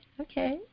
okay